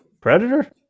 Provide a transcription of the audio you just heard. Predator